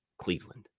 Cleveland